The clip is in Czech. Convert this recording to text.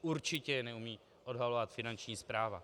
Určitě je neumí odhalovat Finanční správa.